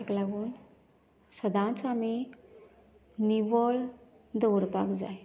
तेका लागून सदांच आमी निवळ दवरपाक जाय